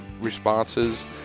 responses